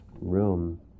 room